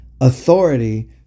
authority